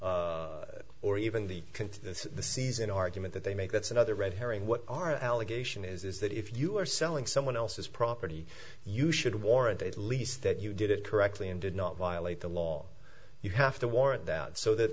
predate or even the can to the season argument that they make that's another red herring what are allegation is that if you are selling someone else's property you should warrant at least that you did it correctly and did not violate the law you have to warrant that so that